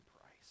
price